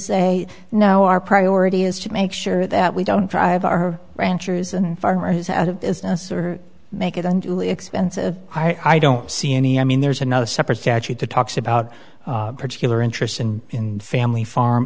say now our priority is to make sure that we don't drive our ranchers and farmers out of business or make it unduly expensive i don't see any i mean there's another separate statute to talks about particular interest in family farm